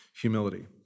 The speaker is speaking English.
humility